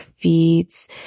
feeds